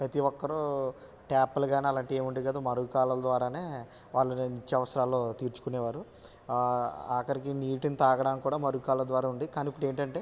ప్రతీ ఒకరు టాప్లు కాని అలాంటి ఏమి ఉండేవి కావు మరుగు కలువ ద్వారానే నిత్యావసరాలు తీర్చుకునేవారు ఆఖరికి నీటిని తాగడానికి కూడా మరుగు కాలువ ద్వారా నుండి కానీ ఇప్పుడు ఏంటంటే